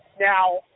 Now